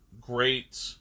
great